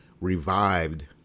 revived